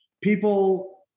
people